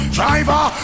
Driver